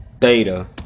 Theta